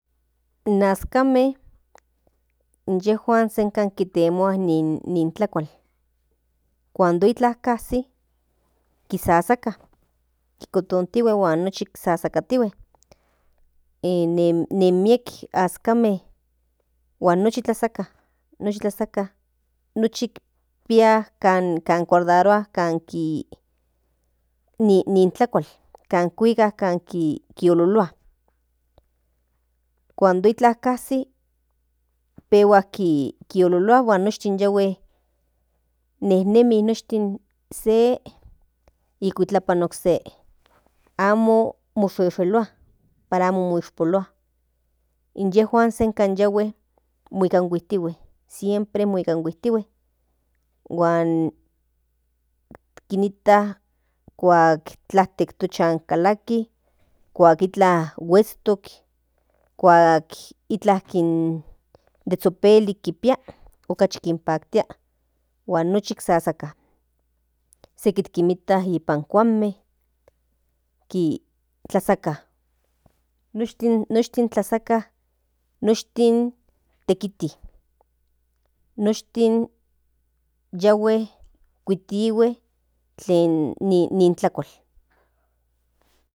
In azkame inyejuan siempre kintemua ni tlakual cuando iklan kasi kisasaka kotntihue huan nochi sasakatihue nen miek azkame huan nochi tlasaka nochi kinpia kan guardarua ni tlakual kan kuika kan ollolua cuando iklan casi pehuak ololua huan noshti yahue noshtin nen nemi noshtin se ni kuitlapan okse amo mosheshelua para amo moshpolua inyejuan senka yahue mokinhuetihue siempre mokinhuetihue huan kinikta kuak tlaktek to chan kalaki kuak iklan huestok kuak iklan de zhopelik kinpia okachi kin paktia huan nochi sasaka seki kinikta nipan kuanme kitlasaka noshtin tlasaka noshtin tekiti noshtin yahue kitihue ni tlakual.